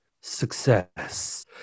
success